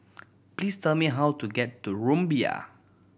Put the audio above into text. please tell me how to get to Rumbia